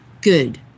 good